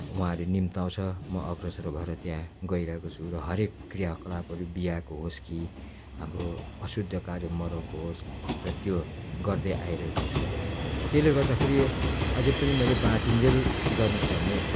उहाँहरूले निम्ताउँछ म अग्रसर भएर त्यहाँ गइरहेको छु र हरेक क्रियाकलापहरू बिहाको होस् कि हाम्रो अशुद्ध कार्य मरौको होस् र त्यो गर्दै आइरहेको छु र त्यसले गर्दाखेरि अझै पनि मैले बाँचिन्जेल गर्नु पर्ने